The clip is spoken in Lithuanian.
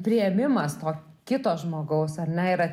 priėmimas to kito žmogaus ar ne ir